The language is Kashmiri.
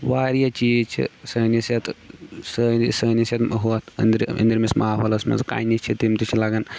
واریاہ چیٖز چھِ سٲنِس یَتھ سٲ سٲنِس یَتھ ہۄتھ أنٛدرِ أنٛدرِمِس ماحولَس منٛز کَنہِ چھِ تِم تہِ چھِ لگان